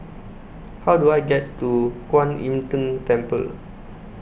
How Do I get to Kuan Im Tng Temple